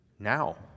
Now